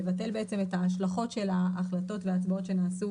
לבטל בעצם את ההשלכות של ההחלטות וההצבעות שנעשו